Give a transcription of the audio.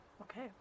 okay